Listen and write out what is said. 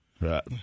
right